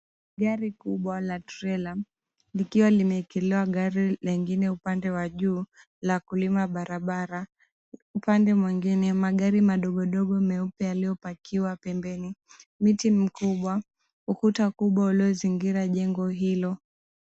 Gari kubwa la trela likiwa limewekelewa gari lingine upande wajuu la kulima barabara, upande mwingine magari madogo madogo meupe yaliopakiwa pembeni. Miti mikubwa, ukuta kubwa uliozingira jengo hilo.